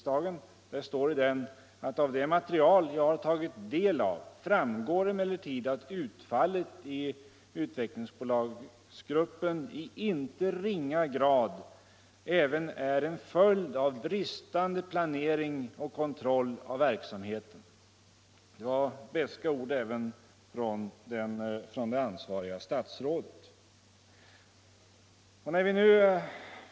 Det står i propositionen: ”Av det material jag har tagit del av framgår emellertid att utfallet i SU-gruppen i inte ringa grad även är en följd av bristande planering och kontroll av verksamheten.” Det var beska ord från det ansvariga statsrådet.